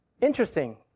Interesting